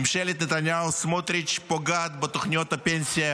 ממשלת נתניהו-סמוטריץ' פוגעת בתוכניות הפנסיה